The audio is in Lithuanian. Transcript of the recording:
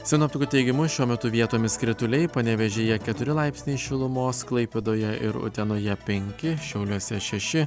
sinoptikų teigimu šiuo metu vietomis krituliai panevėžyje keturi laipsniai šilumos klaipėdoje ir utenoje penki šiauliuose šeši